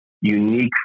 unique